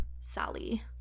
Sally